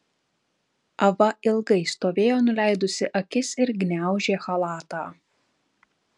ava ilgai stovėjo nuleidusi akis ir gniaužė chalatą